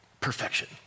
perfection